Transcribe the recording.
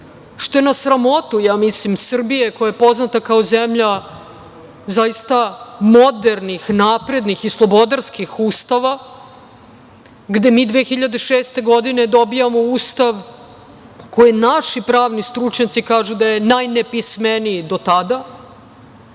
što je na sramotu, ja mislim, Srbije koja je poznata kao zemlja zaista modernih, naprednih i slobodarskih ustava gde mi 2006. godine dobijamo Ustav za koji naši pravni stručnjaci kažu da je najnepismeniji do tada.